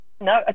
No